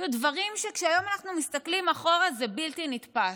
היו דברים שכשהיום אנחנו מסתכלים אחורה זה בלתי נתפס.